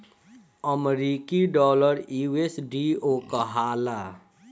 अमरीकी डॉलर यू.एस.डी.ओ कहाला